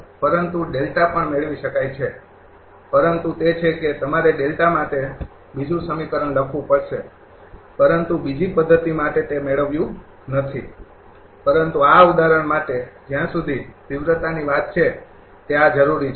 પરંતુ ડેલ્ટા પણ મેળવી શકાય છે પરંતુ તે છે કે તમારે ડેલ્ટા માટે બીજું સમીકરણ લખવું પડશે પરંતુ બીજી પદ્ધતિ માટે તે મેળવ્યું નથી પરંતુ આ ઉદાહરણ માટે જ્યાં સુધી તીવ્રતાની વાત છે તે આ જરૂરી છે